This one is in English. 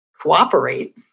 cooperate